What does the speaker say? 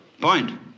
point